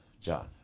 John